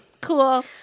Cool